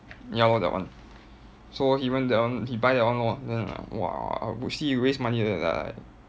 ya lor that one so he went that one he buy that one lor then !wah! see he waste money like that like